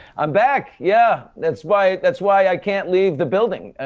i'm back! yeah! that's why that's why i can't leave the building.